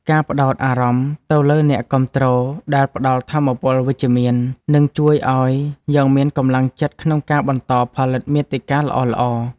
ការផ្ដោតអារម្មណ៍ទៅលើអ្នកគាំទ្រដែលផ្ដល់ថាមពលវិជ្ជមាន នឹងជួយឱ្យយើងមានកម្លាំងចិត្តក្នុងការបន្តផលិតមាតិកាល្អៗ។